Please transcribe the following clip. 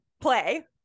play